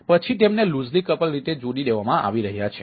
પછી તેમને loosely couple રીતે જોડી દેવામાં આવી રહ્યા છે